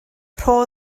rho